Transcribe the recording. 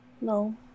No